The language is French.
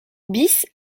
bis